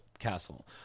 Castle